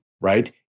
right